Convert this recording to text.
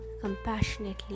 compassionately